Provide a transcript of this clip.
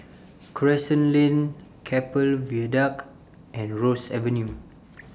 Crescent Lane Keppel Viaduct and Ross Avenue